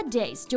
days